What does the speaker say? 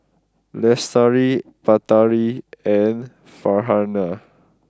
Lestari Batari and Farhanah